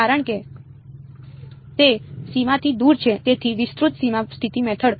કારણ કે તે સીમાથી દૂર છે તેથી વિસ્તૃત સીમા સ્થિતિ મેથડ